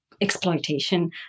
exploitation